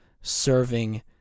serving